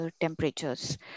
temperatures